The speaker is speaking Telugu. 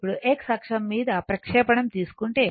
ఇప్పుడు x అక్షం మీద ప్రక్షేపణం తీసుకుంటే